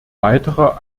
weiterer